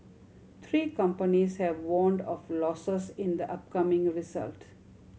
three companies have warned of losses in the upcoming result